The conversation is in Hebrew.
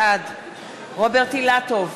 בעד רוברט אילטוב,